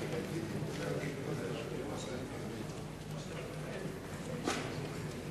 הצעת חוק סדר הדין הפלילי (עצור החשוד בעבירת ביטחון) (הוראת שעה)